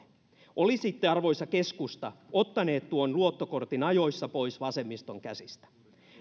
olisitte arvoisa keskusta ottaneet tuon luottokortin ajoissa pois vasemmiston käsistä